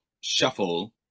Shuffle